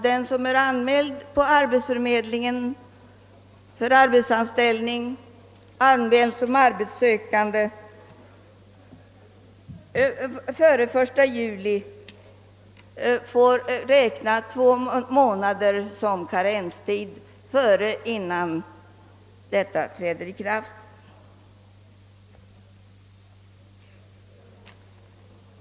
Den som är anmäld som arbetssökande hos arbetsförmedlingen före den 1 juli får nämligen tillgodoräkna sig två månaders karenstid innan systemet träder i kraft.